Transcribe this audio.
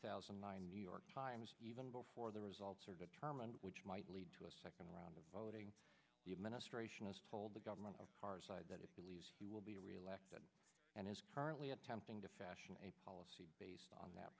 thousand and nine york times even before the results are determined which might lead to a second round of voting the administration has told the government of cars that it believes he will be reelected and is currently attempting to fashion a policy based on that